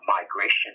migration